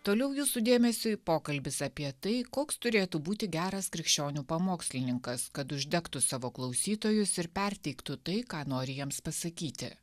toliau jūsų dėmesiui pokalbis apie tai koks turėtų būti geras krikščionių pamokslininkas kad uždegtų savo klausytojus ir perteiktų tai ką nori jiems pasakyti